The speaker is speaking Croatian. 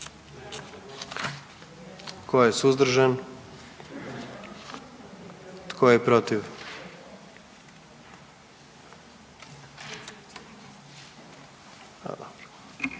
Tko je suzdržan? I tko je protiv?